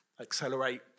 accelerate